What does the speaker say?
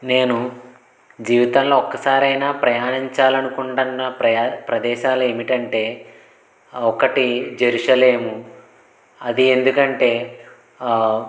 నేను జీవితంలో ఒక్కసారైనా ప్రయాణించాలనుకుంటన్నా ప్రయా ప్రదేశాలు ఏమిటంటే ఒకటి జెరూసలేము అది ఎందుకంటే